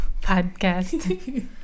podcast